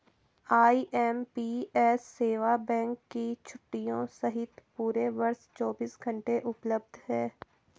IMPS सेवा bank की छुट्टियों सहित पूरे वर्ष चौबीस घंटे उपलब्ध है